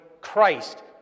Christ